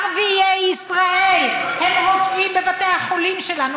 ערביי ישראל הם רופאים בבתי החולים שלנו,